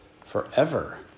forever